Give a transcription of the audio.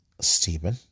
Stephen